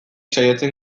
saiatzen